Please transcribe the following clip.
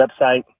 website